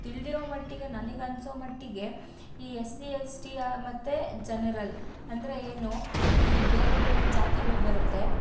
ತಿಳಿದಿರೋ ಮಟ್ಟಿಗೆ ನನಗೆ ಅನ್ನಿಸೋ ಮಟ್ಟಿಗೆ ಈ ಎಸ್ ಸಿ ಎಸ್ ಟಿಯ ಮತ್ತು ಜನರಲ್ ಅಂದರೆ ಏನು ಈ ಬೇರೆ ಬೇರೆ ಜಾತಿಗಳು ಬರುತ್ತೆ